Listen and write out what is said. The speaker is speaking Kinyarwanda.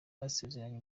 basezeranye